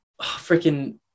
freaking